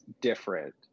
different